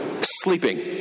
Sleeping